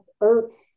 Earth